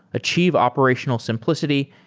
achieve operational simplicity,